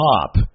pop